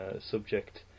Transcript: subject